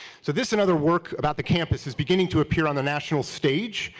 so this another work about the campus is beginning to appear on the national stage.